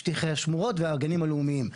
שטחי השמורות והגנים הלאומיים.